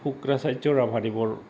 শুক্ৰাচাৰ্যৰ ৰাভাৰ